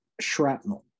shrapnel